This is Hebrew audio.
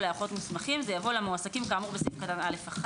לאחות מוסמכים זה יבוא למועסקים כאמור בסעיף (א)(1).